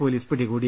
police പിടികൂടി